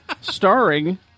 Starring